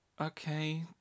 Okay